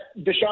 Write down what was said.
Deshaun